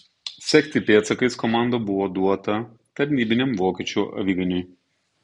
sekti pėdsakais komanda buvo duota tarnybiniam vokiečių aviganiui